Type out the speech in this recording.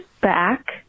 back